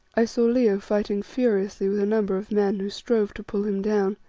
i saw leo fighting furiously with a number of men who strove to pull him down,